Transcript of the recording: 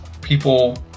people